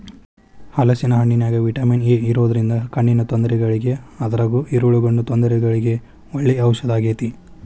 ಹಲೇಸಿನ ಹಣ್ಣಿನ್ಯಾಗ vitamin A ಇರೋದ್ರಿಂದ ಕಣ್ಣಿನ ತೊಂದರೆಗಳಿಗೆ ಅದ್ರಗೂ ಇರುಳುಗಣ್ಣು ತೊಂದರೆಗಳಿಗೆ ಒಳ್ಳೆ ಔಷದಾಗೇತಿ